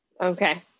Okay